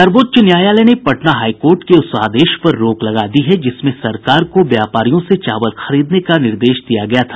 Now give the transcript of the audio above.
सर्वोच्च न्यायालय ने पटना हाई कोर्ट के उस आदेश पर रोक लगा दी है जिसमें सरकार को व्यापारियों से चावल खरीदने का निर्देश दिया गया था